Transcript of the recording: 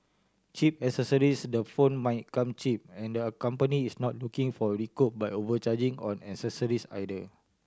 Cheap Accessories the phone might come cheap and their company is not looking for recoup by overcharging on accessories either